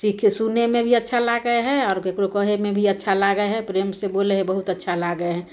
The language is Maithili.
से कि सुनैमे भी अच्छा लागै हइ आओर ककरो कहैमे भी अच्छा लागै हइ प्रेमसे बोलै हइ बहुत अच्छा लागै हइ